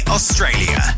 Australia